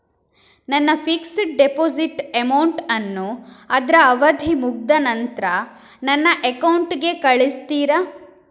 ನನ್ನ fixed deposit amount ಅನ್ನು ಅದ್ರ ಅವಧಿ ಮುಗ್ದ ನಂತ್ರ ನನ್ನ ಅಕೌಂಟ್ ಗೆ ಕಳಿಸ್ತೀರಾ?